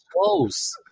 close